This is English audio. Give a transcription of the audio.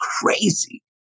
crazy